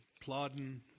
plodding